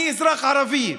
אני אזרח ערבי.